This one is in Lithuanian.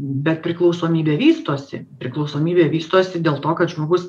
bet priklausomybė vystosi priklausomybė vystosi dėl to kad žmogus